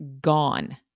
gone